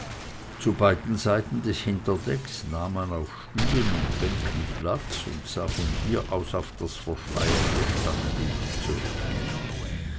zu beiden seiten des hinterdecks nahm man auf stühlen und bänken platz und sah von hier aus auf das verschleierte stadtbild zurück